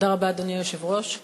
אדוני היושב-ראש,